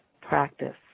practice